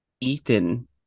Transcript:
Ethan